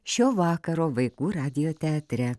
šio vakaro vaikų radijo teatre